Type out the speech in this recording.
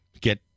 get